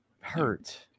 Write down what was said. Hurt